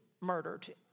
murdered